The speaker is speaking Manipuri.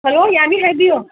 ꯍꯜꯂꯣ ꯌꯥꯅꯤ ꯍꯥꯏꯕꯤꯑꯣ